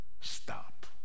stop